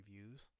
reviews